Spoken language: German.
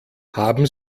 haben